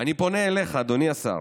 אני פונה אליך, אדוני השר: